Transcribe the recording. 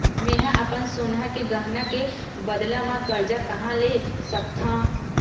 मेंहा अपन सोनहा के गहना के बदला मा कर्जा कहाँ ले सकथव?